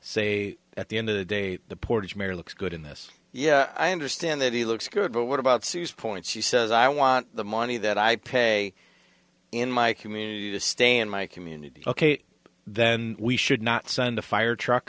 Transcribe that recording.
say at the end of the day the portage mayor looks good in this yeah i understand that he looks good but what about six point she says i want the money that i pay in my community to stay in my community ok then we should not send a fire truck